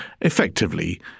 effectively